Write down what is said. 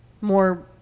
more